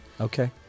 Okay